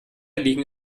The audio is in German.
liegen